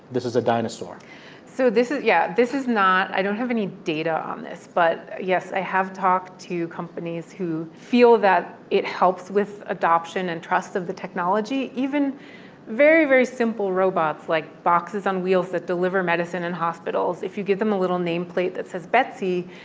this is a dinosaur so this is yeah this is not i don't have any data on this, but, yes, i have talked to companies who feel that it helps with adoption and trust of the technology. even very, very simple robots like boxes on wheels that deliver medicine in hospitals, if you give them a little nameplate that says betsy,